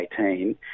2018